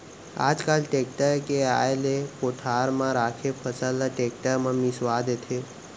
आज काल टेक्टर के आए ले कोठार म राखे फसल ल टेक्टर म मिंसवा देथे